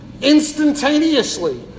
instantaneously